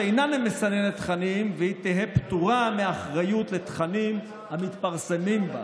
שאיננה מסננת תכנים והיא תהא פטורה מאחריות לתכנים המתפרסמים בה.